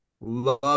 love